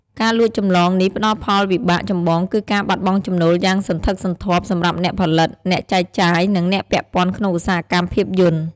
ការលួចចម្លងនេះផ្តលផលវិបាកចម្បងគឺការបាត់បង់ចំណូលយ៉ាងសន្ធឹកសន្ធាប់សម្រាប់អ្នកផលិត អ្នកចែកចាយ និងអ្នកពាក់ព័ន្ធក្នុងឧស្សាហកម្មភាពយន្ត។